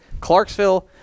Clarksville